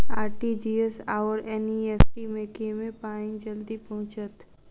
RTGS आओर NEFT मे केँ मे पानि जल्दी पहुँचत